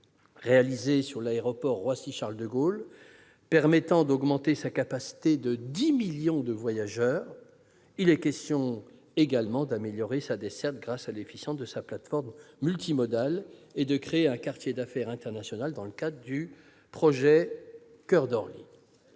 réalisés pour l'aéroport Roissy-Charles-de-Gaulle, qui permettront d'augmenter sa capacité de 10 millions de voyageurs. Il est également question d'améliorer sa desserte grâce à l'efficience de sa plateforme multimodale et de créer un quartier d'affaires international dans le cadre du projet « Coeur d'Orly